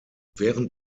während